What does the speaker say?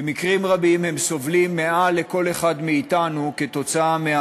במקרים רבים הם סובלים יותר מכל אחד מאתנו מהרעש,